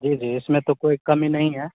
जी जी इसमें तो कोई कमी नहीं है